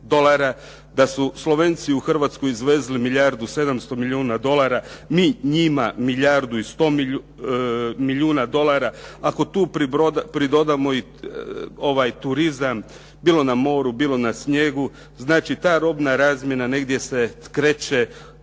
da su Slovenci u Hrvatsku izvezli milijardu 700 milijuna dolara, mi njima milijardu i 100 milijuna dolara, ako tu pridodamo i ovaj turizam bilo na moru, bilo na snijegu, znači ta robna razmjena negdje se kreće